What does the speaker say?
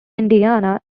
indiana